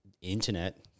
internet